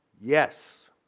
Yes